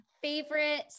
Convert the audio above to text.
Favorite